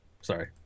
Sorry